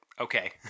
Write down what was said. okay